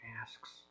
asks